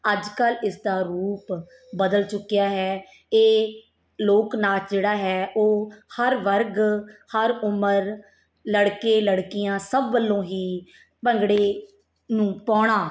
ਅੱਜ ਕੱਲ੍ਹ ਇਸ ਦਾ ਰੂਪ ਬਦਲ ਚੁੱਕਿਆ ਹੈ ਇਹ ਲੋਕ ਨਾਚ ਜਿਹੜਾ ਹੈ ਉਹ ਹਰ ਵਰਗ ਹਰ ਉਮਰ ਲੜਕੇ ਲੜਕੀਆਂ ਸਭ ਵੱਲੋਂ ਹੀ ਭੰਗੜੇ ਨੂੰ ਪਾਉਣਾ